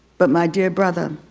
but my dear brother